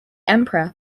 emperor